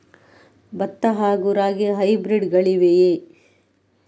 ಭತ್ತ ಹಾಗೂ ರಾಗಿಯ ಹೈಬ್ರಿಡ್ ಗಳಿವೆಯೇ?